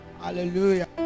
Hallelujah